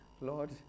Lord